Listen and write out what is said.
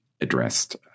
addressed